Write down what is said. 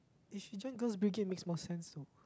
if she join Girls-Brigade makes more sense though